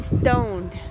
stoned